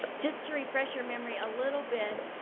just to refresh your memory a little bit,